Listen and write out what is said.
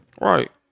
Right